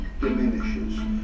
diminishes